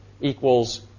equals